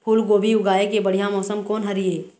फूलगोभी उगाए के बढ़िया मौसम कोन हर ये?